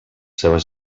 seves